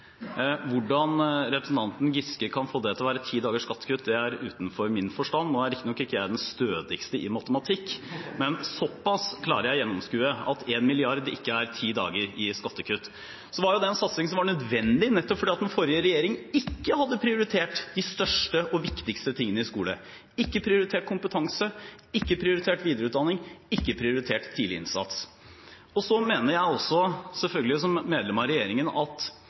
Hvordan representanten Giske kan få det til å være ti dagers skattekutt, er utenfor min forstand. Nå er riktignok ikke jeg den stødigste i matematikk, men såpass klarer jeg å gjennomskue – at 1 mrd. kr ikke er ti dager i skattekutt. Så var det en satsing som var nødvendig nettopp fordi den forrige regjeringen ikke hadde prioritert de største og viktigste tingene i skolen. De hadde ikke prioritert kompetanse, ikke prioritert videreutdanning, ikke prioritert tidlig innsats. Jeg mener selvfølgelig også som medlem av regjeringen at